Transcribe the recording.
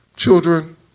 Children